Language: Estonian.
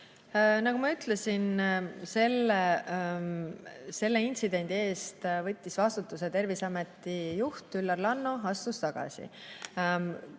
Nagu ma ütlesin, siis selle intsidendi eest võttis vastutuse Terviseameti juht Üllar Lanno, ta astus tagasi.